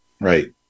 Right